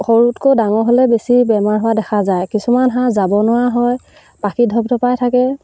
সৰুতকৈ ডাঙৰ হ'লে বেছি বেমাৰ হোৱা দেখা যায় কিছুমান হাঁহ যাব নোৱাৰা হয় পাখি ঢপঢপাই থাকে